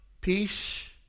Peace